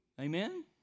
Amen